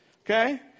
Okay